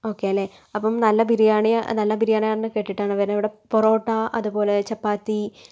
okay അല്ലെ അപ്പംനല്ല ബിരിയാണി നല്ല ബിരിയാണിയാണെന്ന് കേട്ടിട്ടാണ് വരുന്നത് ഇവിടെ പൊറോട്ട അതുപോലെ ചപ്പാത്തി